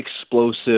explosive